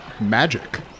magic